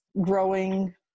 growing